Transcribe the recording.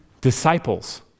disciples